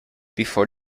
before